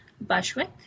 Bushwick